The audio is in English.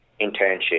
internship